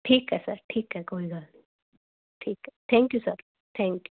ਠੀਕ ਹੈ ਸਰ ਠੀਕ ਹੈ ਕੋਈ ਗੱਲ ਨਹੀਂ ਠੀਕ ਹੈ thank you sir thank you